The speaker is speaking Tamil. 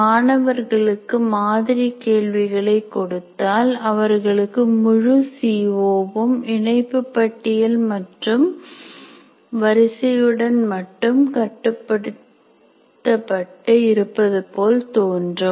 மாணவர்களுக்கு மாதிரி கேள்விகளை கொடுத்தால் அவர்களுக்கு முழு சி ஓ வும் இணைப்பு பட்டியல் மற்றும் வரிசையுடன் மட்டும் கட்டுப்படுத்தப்பட்டு இருப்பதுபோல் தோன்றும்